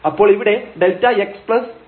അപ്പോൾ ഇവിടെ Δx2Δy